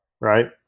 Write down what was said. right